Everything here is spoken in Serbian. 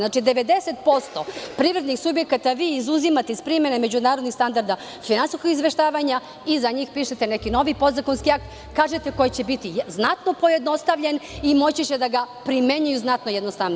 Znači, 90% privrednih subjekata vi izuzimate iz primene međunarodnih standarda finansijskog izveštaja i za njih pišete neki novi podzakonski akt, kažete, koji će biti znatno pojednostavljen i moći će da ga primenjuju znatno jednostavnije.